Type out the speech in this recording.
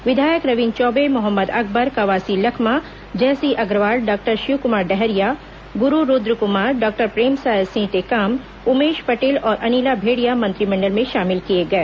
विधायक Ravindra Choubey Mohammad Akbar Kawasi Lakhma Jaisingh Agrawal doctor Shivkumar Dahariya Guru Rudkumar doctor Premsai Singh Tekam Umesh Patel और अनिला भेड़िया मंत्रिमंडल में शामिल किए गए